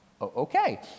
Okay